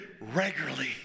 regularly